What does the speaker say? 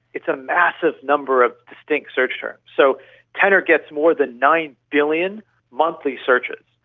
it's a massive number of distinct search terms. so tenor gets more than nine billion monthly searches.